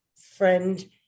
friend